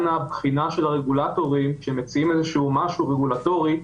הבחינה של הרגולטורים כשמציעים משהו רגולטורי,